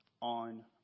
on